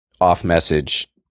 off-message